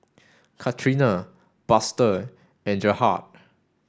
Katrina Buster and Gerhardt